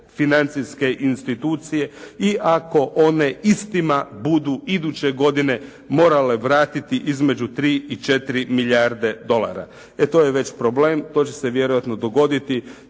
financijske institucije i ako one istima budu iduće godine morale vratiti između 3 i 4 milijarde dolara, e to je već problem, to će se vjerojatno dogoditi